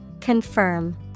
Confirm